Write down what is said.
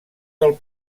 del